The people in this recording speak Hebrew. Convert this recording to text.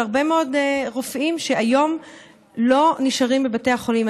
של הרבה מאוד רופאים שהיום לא נשארים בבתי החולים.